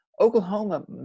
Oklahoma